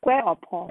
square or pause